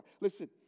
Listen